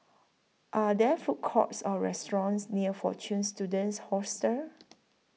Are There Food Courts Or restaurants near Fortune Students Hostel